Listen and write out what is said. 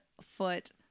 foot